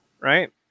right